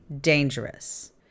dangerous